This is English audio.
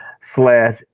slash